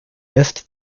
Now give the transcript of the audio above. missed